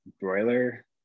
broiler